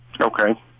Okay